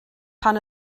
pan